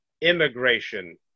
immigration